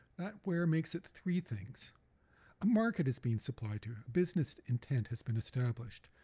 that where makes it three things a market is being supplied to, a business intent has been established,